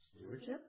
Stewardship